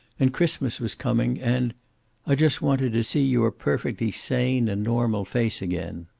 and christmas was coming, and i just wanted to see your perfectly sane and normal face again.